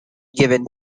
given